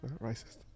racist